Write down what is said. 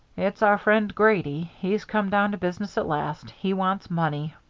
it's our friend grady. he's come down to business at last. he wants money.